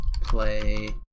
play